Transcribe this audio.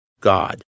God